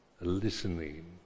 listening